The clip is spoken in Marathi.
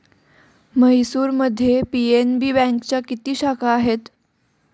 म्हैसूरमध्ये पी.एन.बी बँकेच्या किती शाखा आहेत?